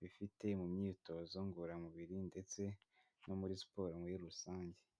bifite mu myitozo ngororamubiri ndetse no muri siporo muri rusange.